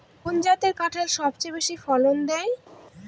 কোন জাতের কাঁঠাল সবচেয়ে বেশি ফলন দেয়?